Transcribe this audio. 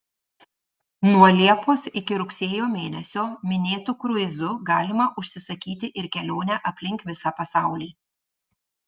nuo liepos iki rugsėjo mėnesio minėtu kruizu galima užsisakyti ir kelionę aplink visą pasaulį